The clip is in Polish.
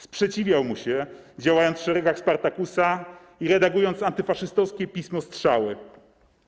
Sprzeciwiał mu się, działając w szeregach Spartakusa i redagując antyfaszystowskie pismo „Strzały”